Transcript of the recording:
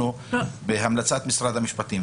בהמלצת משרד המשפטים,